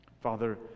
Father